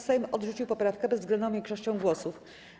Sejm odrzucił poprawkę bezwzględną większością głosów.